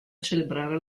celebrare